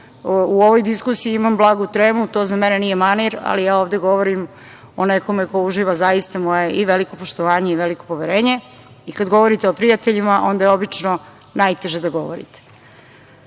u ovoj diskusiji, imam blagu tremu, to za mene nije manir, ali ja ovde govorim o nekome ko uživa zaista moje i veliko poštovanje i veliko poverenje. Kada govorite o prijateljima, onda je obično najteže da govorite. Ono